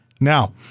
Now